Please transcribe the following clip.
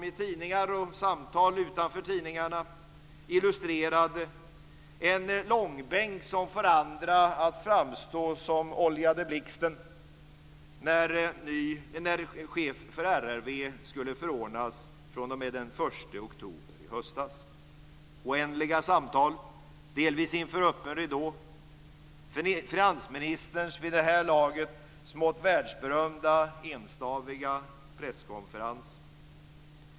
I tidningar och i samtal utanför tidningarna illustrerades en långbänk som får andra att framstå som oljade blixten när chefen för RRV skulle förordnas fr.o.m. den 1 oktober i höstas. Det var oändliga samtal, delvis inför öppen ridå, och det var finansministerns vid det här laget smått världsberömda enstaviga presskonferens.